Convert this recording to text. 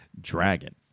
dragon